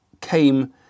came